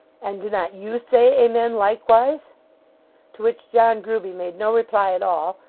and do not you say amen, likewise to which john grueby made no reply at all,